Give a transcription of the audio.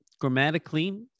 grammatically